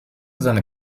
seine